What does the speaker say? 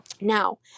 Now